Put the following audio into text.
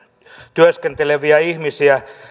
työskenteleviä ihmisiä